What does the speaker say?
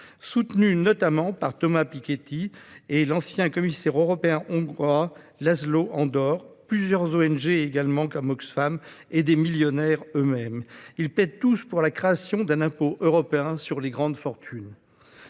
soutenus notamment par Thomas Piketty et l'ancien commissaire européen hongrois Laszlo Andor, ainsi que par plusieurs ONG, comme Oxfam, et par des millionnaires eux-mêmes. Tous plaident pour la création d'un impôt européen sur les grandes fortunes.